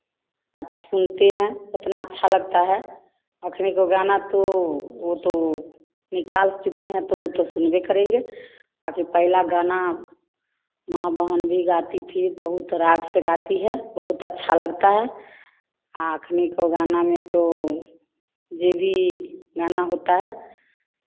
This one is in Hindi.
अच् सुनते हैं उतना अच्छा लगता है ओखनी को गाना तो वह तो निकल चुके हैं तो वह तो सुनबे करेंगे आखिर पहिला गाना माँ बहन भी गाती थी बहुत राग से गाती है बहुत अच्छा लगता है आखनी को गाना में तो यह भी गाना होता है